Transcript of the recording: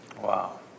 Wow